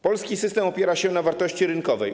Polski system opiera się na wartości rynkowej.